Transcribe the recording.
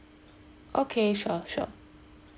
okay sure sure